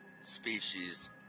species